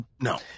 no